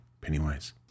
pennywise